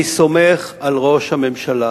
אני סומך על ראש הממשלה